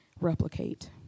replicate